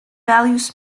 values